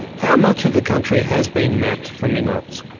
how much of the country has been mapped for minerals?